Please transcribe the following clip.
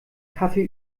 kaffee